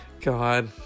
God